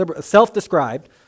self-described